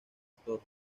storm